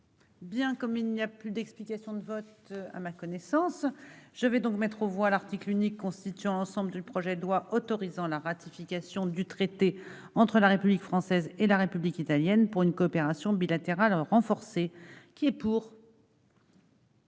Bien comme il n'y a plus d'explications de vote, à ma connaissance, je vais donc mettre aux voix l'article unique constitue ensemble de le projet de loi autorisant la ratification du traité entre la République française et la République italienne pour une coopération bilatérale renforcée qui est pour.